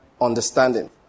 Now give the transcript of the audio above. understanding